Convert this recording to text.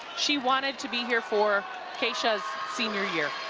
she wanted to be here for akacia's senior year.